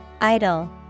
Idle